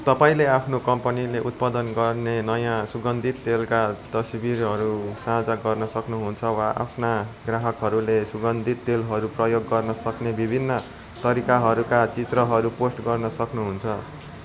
तपाईँँले आफ्नो कम्पनीले उत्पादन गर्ने नयाँ सुगन्धित तेलका तस्बिरहरू साझा गर्न सक्नु हुन्छ वा आफ्ना ग्राहकहरूले सुगन्धित तेलहरू प्रयोग गर्न सक्ने विभिन्न तरिकाहरूका चित्रहरू पोस्ट गर्न सक्नु हुन्छ